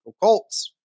Colts